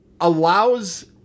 allows